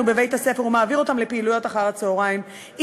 ובבית-הספר ומעביר אותם לפעילויות אחר הצהריים,